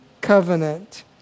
covenant